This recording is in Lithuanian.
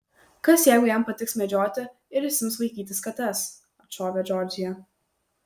kas jeigu jam patiks medžioti ir jis ims vaikytis kates atšovė džordžija